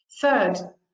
Third